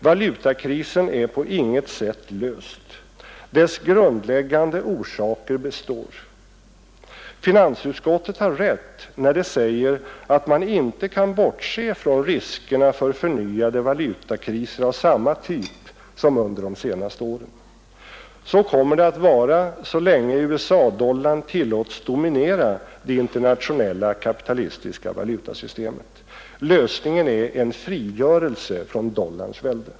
Valutakrisen är på intet sätt löst. Dess grundläggande orsaker består. Finansutskottet har rätt när det säger att man inte kan bortse från riskerna för förnyade valutakriser av samma typ som under de senaste åren. Så kommer det att vara så länge USA-dollarn tillåts dominera det internationella kapitalistiska valutasystemet. Lösningen är en frigörelse från dollarns välde.